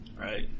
right